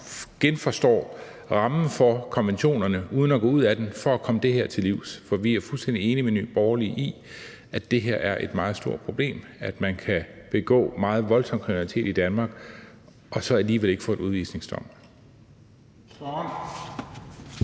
livs genforstår rammen for konventionerne uden at gå ud af dem. For vi er fuldstændig enige med Nye Borgerlige i, at det er et meget stort problem, at man kan begå meget voldsom kriminalitet i Danmark og så alligevel ikke få en udvisningsdom.